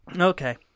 Okay